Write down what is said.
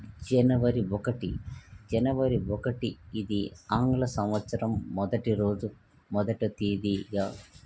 జనవరి ఒకటి జనవరి ఒకటి ఇది ఆంగ్ల సంవత్సరం మొదటి రోజు మొదట తేదీగా